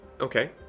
Okay